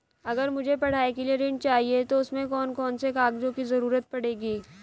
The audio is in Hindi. अगर मुझे पढ़ाई के लिए ऋण चाहिए तो उसमें कौन कौन से कागजों की जरूरत पड़ेगी?